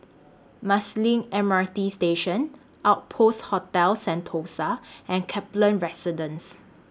Marsiling M R T Station Outpost Hotel Sentosa and Kaplan Residence